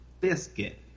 Biscuit